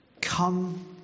Come